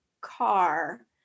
car